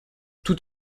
tout